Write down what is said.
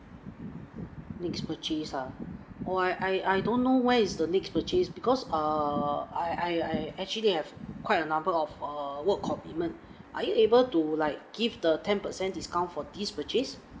next purchase ah or I I don't know when is the next purchase because uh I I I actually have quite a number of err work commitment are you able to like give the ten percent discount for this purchase